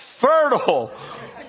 Fertile